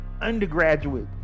undergraduate